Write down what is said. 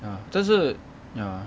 ah 这是 ya